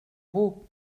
beau